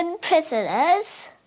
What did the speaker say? prisoners